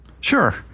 Sure